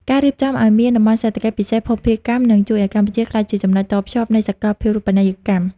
ការរៀបចំឱ្យមាន "តំបន់សេដ្ឋកិច្ចពិសេសភស្តុភារកម្ម" នឹងជួយឱ្យកម្ពុជាក្លាយជាចំណុចតភ្ជាប់នៃសកលភាវូបនីយកម្ម។